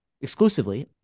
exclusively